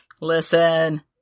Listen